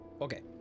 okay